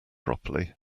properly